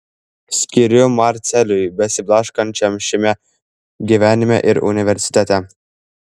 skiriu marcelijui besiblaškančiam šiame gyvenime ir universitete